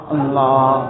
Allah